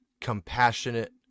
compassionate